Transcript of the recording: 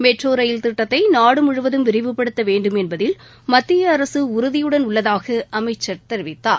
metro rail திட்டத்தை நாடு முழுவதம் விரிவுபடுத்த வேண்டும் என்பதில் மத்திய அரசு உறதியுடன் உள்ளதாக அமைச்சர் தெரிவித்தார்